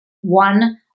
one